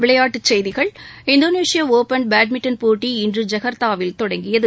விளையாட்டுச் செய்திகள் Indonesia open badminton போட்டி இன்று ஜகார்த்தாவில் தொடங்கியது